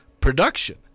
production